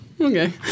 Okay